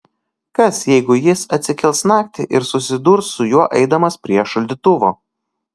kas jeigu jis atsikels naktį ir susidurs su juo eidamas prie šaldytuvo